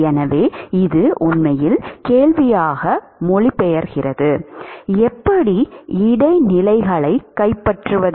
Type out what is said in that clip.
எனவே இது உண்மையில் கேள்வியாக மொழிபெயர்க்கிறது எப்படி இடைநிலைகளை கைப்பற்றுவது